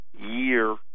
year